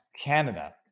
Canada